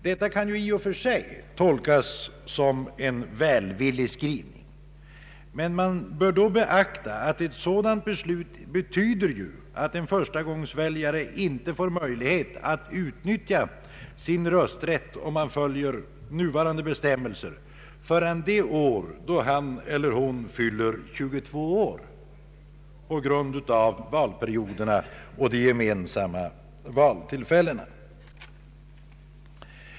Detta kan i och för sig tolkas som en välvillig skrivning, men man bör då beakta att ett sådant beslut skulle betyda att en förstagångsväljare inte enligt nuvarande bestämmelser får möjlighet att utnyttja sin rösträtt förrän det år då han eller hon fyller 22 år, detta på grund av valperioderna och de gemensamma valtillfällena.